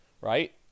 right